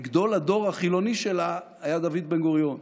וגדול הדור החילוני שלה היה דוד בן-גוריון.